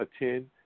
attend